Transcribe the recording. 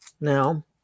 Now